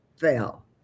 fell